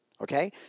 okay